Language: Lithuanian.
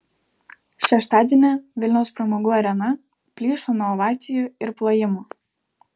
šeštadienį vilniaus pramogų arena plyšo nuo ovacijų ir plojimų